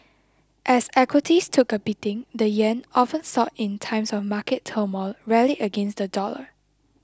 as equities took a beating the yen often sought in times of market turmoil rallied against the dollar